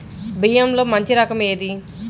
బియ్యంలో మంచి రకం ఏది?